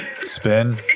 Spin